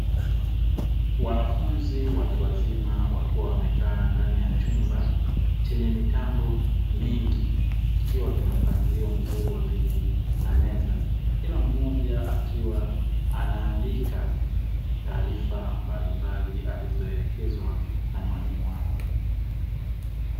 Wanafunzi watu wazima wakiwa wamekaa ndani ya chumba chenye mitambo mingi, kikiwa kina mpangilio mzuri wa Kila mmoja akiwa anaandika taarifa mbalimbali alizoelekezewa na mwalimu wake.